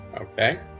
okay